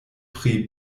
pri